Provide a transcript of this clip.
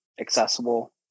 accessible